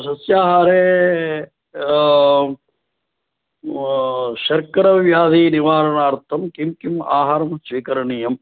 सस्याहारे शर्करव्याधिनिवारणर्थं किं किम् आहारं स्वीकरणीयम्